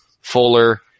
Fuller